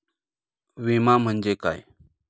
विमा म्हणजे काय?